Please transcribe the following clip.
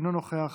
אינו נוכח,